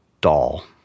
doll